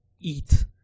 eat